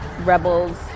rebels